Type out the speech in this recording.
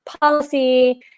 policy